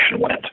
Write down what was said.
went